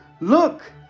Look